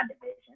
division